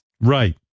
Right